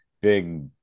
big